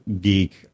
geek